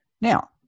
now